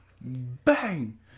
Bang